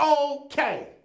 okay